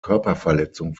körperverletzung